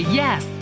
yes